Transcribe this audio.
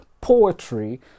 poetry